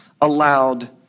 allowed